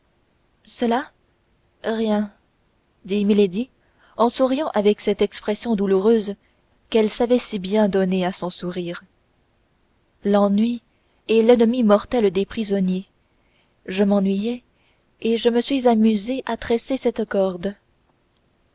cela rien dit milady en souriant avec cette expression douloureuse qu'elle savait si bien donner à son sourire l'ennui est l'ennemi mortel des prisonniers je m'ennuyais et je me suis amusée à tresser cette corde